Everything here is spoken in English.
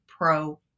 Pro